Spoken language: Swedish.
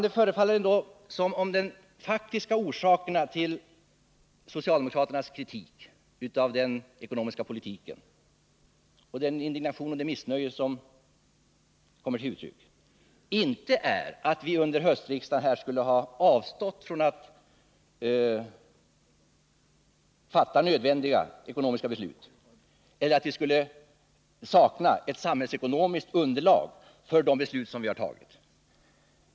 Det förefaller som om den faktiska orsaken till socialdemokraternas kritik av den ekonomiska politiken och den indignation som kommer till uttryck inte är att vi under höstriksdagen skulle ha avstått från att fatta nödvändiga beslut i ekonomiska frågor eller att vi skulle sakna underlag för bedömning av de samhällsekonomiska konsekvenserna av de beslut vi har fattat.